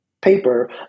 paper